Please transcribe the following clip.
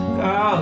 go